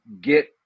get